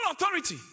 Authority